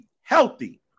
healthy